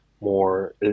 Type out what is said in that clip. more